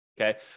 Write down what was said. Okay